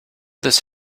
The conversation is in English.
this